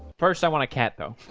first i want to cat though